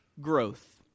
growth